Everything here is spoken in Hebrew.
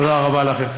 תודה רבה לכם.